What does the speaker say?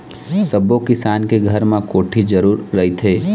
सब्बो किसान के घर म कोठी जरूर रहिथे